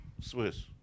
Swiss